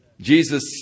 Jesus